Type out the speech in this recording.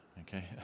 okay